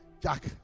Jack